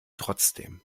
trotzdem